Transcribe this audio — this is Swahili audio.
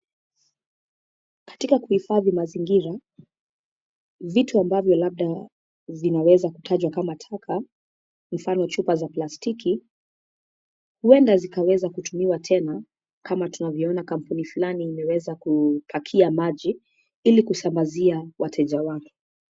Katika kuhifadhi mazingira, vitu ambavyo labda, zinaweza kutajwa kama taka, mfano chupa za plastiki, huenda zikaweza kutumiwa tena, kama tunavyoona kampuni fulani imeweza kupakia maji, ili kusambazia wateja wake.